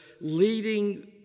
leading